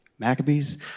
Maccabees